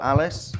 Alice